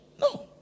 No